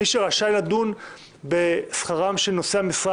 מי שרשאי לדון בשכרם של נושאי המשרה